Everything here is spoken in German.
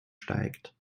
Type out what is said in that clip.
steigt